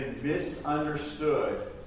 Misunderstood